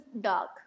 dark